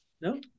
No